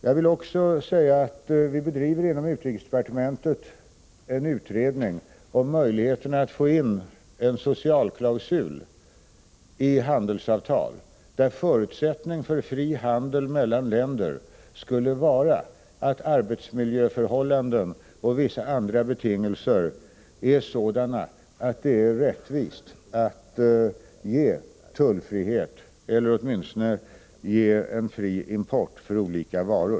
Inom utrikesdepartementet bedriver vi en utredning om möjligheterna att i handelsavtal få in en socialklausul enligt vilken en förutsättning för fri handel mellan länder skulle vara att arbetsmiljöförhållanden och vissa andra betingelser är sådana att det är rättvist att ge tullfrihet för olika varor, eller åtminstone medge fri import av dem.